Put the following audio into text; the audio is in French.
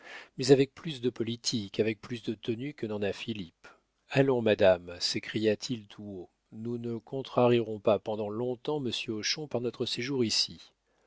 mais avec plus de politique avec plus de tenue que n'en a philippe allons madame s'écria-t-il tout haut nous ne contrarierons pas pendant longtemps monsieur hochon par notre séjour ici